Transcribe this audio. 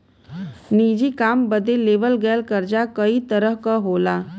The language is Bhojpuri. निजी काम बदे लेवल गयल कर्जा कई तरह क होला